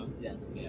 Yes